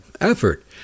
effort